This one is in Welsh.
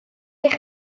eich